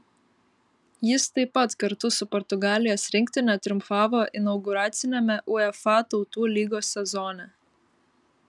jis taip pat kartu su portugalijos rinktine triumfavo inauguraciniame uefa tautų lygos sezone